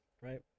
right